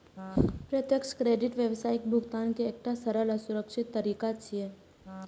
प्रत्यक्ष क्रेडिट व्यावसायिक भुगतान के एकटा सरल आ सुरक्षित तरीका छियै